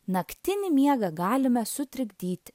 naktinį miegą galime sutrikdyti